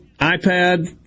iPad